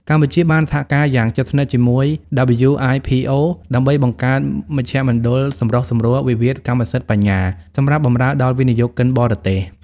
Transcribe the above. កម្ពុជាបានសហការយ៉ាងជិតស្និទ្ធជាមួយ WIPO ដើម្បីបង្កើតមជ្ឈមណ្ឌលសម្រុះសម្រួលវិវាទកម្មសិទ្ធិបញ្ញា សម្រាប់បម្រើដល់វិនិយោគិនបរទេស។